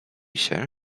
się